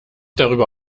darüber